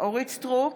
אורית מלכה סטרוק,